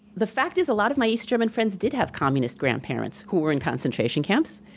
the fact is, a lot of my east german friends did have communist grandparents who were in concentration camps,